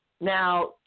Now